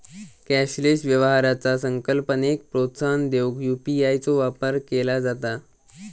cashless व्यवहाराचा संकल्पनेक प्रोत्साहन देऊक यू.पी.आय चो वापर केला जाता